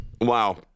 Wow